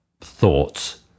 thoughts